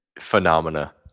phenomena